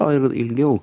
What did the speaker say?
o ir ilgiau